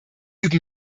üben